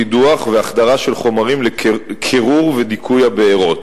קידוח והחדרה של חומרים לקירור ודיכוי הבעירות.